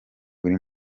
buri